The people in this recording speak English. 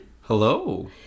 Hello